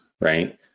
Right